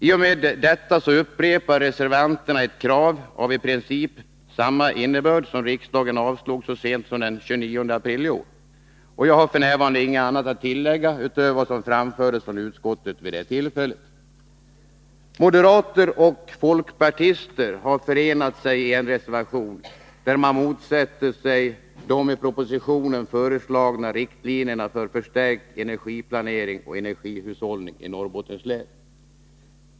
I och med detta upprepar reservanterna ett krav av i princip samma innebörd som det riksdagen avslog så sent som den 29 april i år. Jag har f. n. inget att tillägga utöver vad som framfördes från utskottet vid det tillfället. Moderater och folkpartister har förenat sig i en reservation där man motsätter sig de i propositionen föreslagna riktlinjerna för förstärkt energiplanering och energihushållning i Norrbottens län.